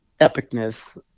epicness